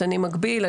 "אני מגביל",